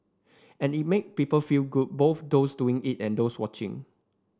and it made people feel good both those doing it and those watching